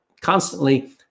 constantly